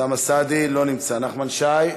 אוסאמה סעדי, לא נמצא, נחמן שי,